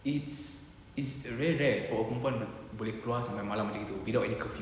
it's it's a rare rare for perempuan boleh keluar sampai malam macam gitu without any curfew